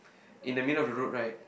in the middle of the road right